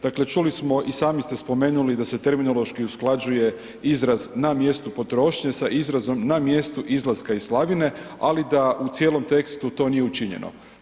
Dakle, čuli smo i sami ste spomenuli da se terminološki usklađuje izraz „na mjestu potrošnje“ sa izrazom „na mjestu izlaska iz slavine“, ali da u cijelom tekstu to nije učinjeno.